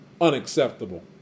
unacceptable